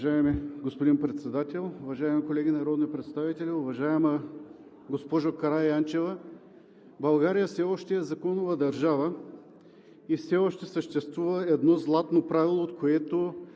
Уважаеми господин Председател, уважаеми колеги народни представители! Уважаема госпожо Караянчева, България все още е законова държава и все още съществува едно златно правило, от което